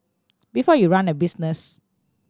before you run a business